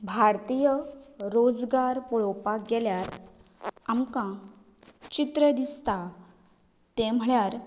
भारतीय रोजगार पळोवपाक गेल्यार आमकां चित्र दिसता तें म्हणल्यार